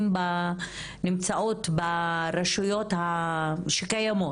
החומש, כל מחלקה קיבלה בערך 15 מיליון שקלים.